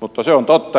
mutta se on totta